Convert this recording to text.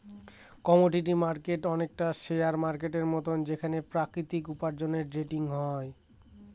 commodity market অনেকটা share মার্কেটের মতন যেখানে প্রাকৃতিক উপার্জনের ট্রেডিং হয়